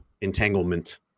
entanglement